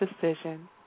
decision